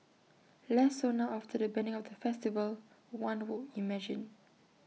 less so now after the banning of the festival one would imagine